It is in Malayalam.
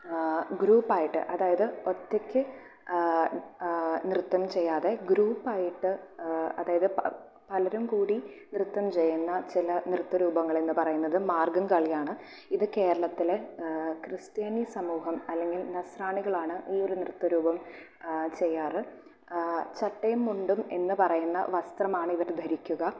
ഗ്രൂപ്പായിട്ട് അതായത് ഒറ്റക്ക് നൃത്തം ചെയ്യാതെ ഗ്രൂപ്പായിട്ട് അതായത് പലരും കൂടി നൃത്തം ചെയ്യുന്ന ചില നൃത്ത രൂപങ്ങളെന്ന് പറയുന്നത് മാർഗ്ഗം കളിയാണ് ഇത് കേരളത്തിലെ ക്രിസ്ത്യാനി സമൂഹം അല്ലങ്കിൽ നസ്രാണികളാണ് ഈ ഒരു നൃത്ത രൂപം ചെയ്യാറ് ചട്ടയും മുണ്ടും എന്ന പറയുന്ന വസ്ത്രമാണ് ഇവർ ധരിക്കുക